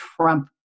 Trump